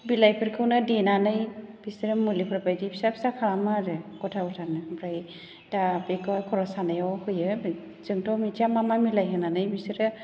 बिलाइफोरखौनो देनानै बिसोरो फुलिफोरबायदि फिसा फिसा खालामो आरो गथा गथानो आमफ्राय दा बेखौहाय खर' सानायाव होयो जोंथ' मिथिया मा मा मिलायहोनानै बिसोरो